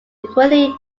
equality